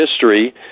history